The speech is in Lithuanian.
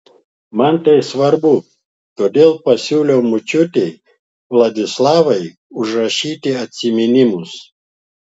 man tai svarbu todėl pasiūliau močiutei vladislavai užrašyti atsiminimus